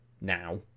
now